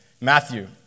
Matthew